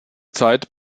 zeit